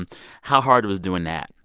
and how hard was doing that?